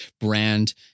brand